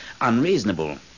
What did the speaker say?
unreasonable